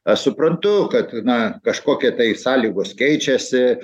aš suprantu kad na kažkokie tai sąlygos keičiasi